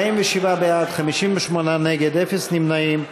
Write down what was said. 47 בעד, 58 נגד, אפס נמנעים.